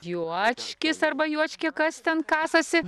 juočkis arba juočkė kas ten kasasi